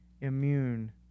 immune